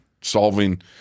solving